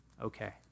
Okay